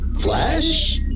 Flash